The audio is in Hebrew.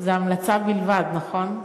זה המלצה בלבד, נכון?